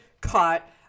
caught